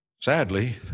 Sadly